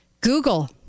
Google